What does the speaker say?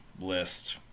list